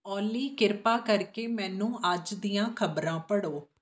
ਓਲੀ ਕਿਰਪਾ ਕਰਕੇ ਮੈਨੂੰ ਅੱਜ ਦੀਆਂ ਖ਼ਬਰਾਂ ਪੜ੍ਹੋ